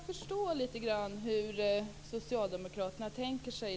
Fru talman!